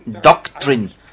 Doctrine